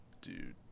dude